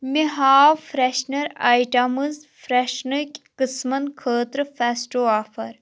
مےٚ ہاو freshener items فرٛٮ۪شنٕکۍ قٕسمَن خٲطرٕ فٮ۪سٹِو آفر